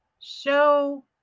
show